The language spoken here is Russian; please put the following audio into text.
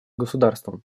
государством